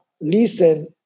listen